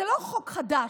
זה לא חוק חדש,